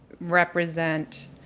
represent